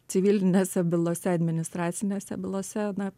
civilinėse bylose administracinėse bylose na